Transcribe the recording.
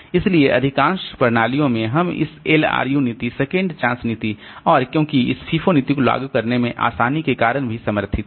इसलिए अधिकांश प्रणालियों में हम इस LRU नीति सेकंड चांस नीति और क्योंकि इस FIFO नीति को लागू करने में आसानी के कारण भी समर्थित हैं